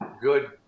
good